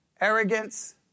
arrogance